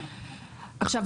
עכשיו,